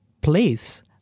place